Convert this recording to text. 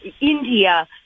India